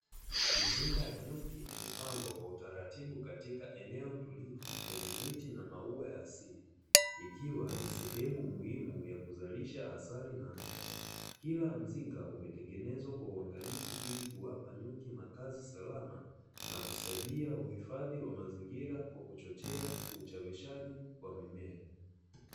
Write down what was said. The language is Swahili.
Mizinga ya nyuki imepangwa kwa utaratibu katika eneo tulivu lenye miti na maua ya asili, ikiwa ni sehemu muhimu ya kuzalisha asali na nta. Kila mzinga umetengenezwa kwa ungalifu ili kuwapa nyuki makazi salama na kusaidia hufadhi wa mazingira kwa kuchochea ushawishaji wa mimea.